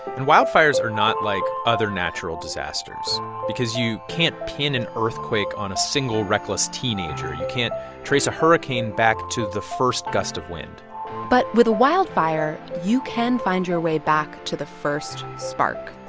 and wildfires are not like other natural disasters because you can't pin an earthquake on a single reckless teenager. you can't trace a hurricane back to the first gust of wind but with a wildfire, you can find your way back to the first spark.